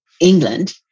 England